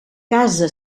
casa